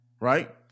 Right